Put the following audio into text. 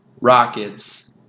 Rockets